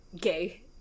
gay